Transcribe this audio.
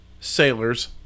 sailors